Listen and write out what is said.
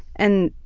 and